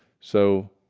so